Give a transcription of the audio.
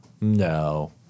No